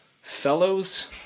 Fellows